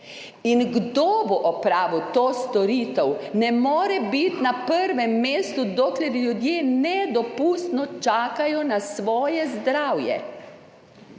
In kdo bo opravil to storitev? Ne more biti na prvem mestu, dokler ljudje nedopustno čakajo na svoje zdravje.